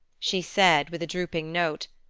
she said, with a drooping note,